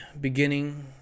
beginning